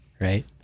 right